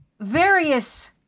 various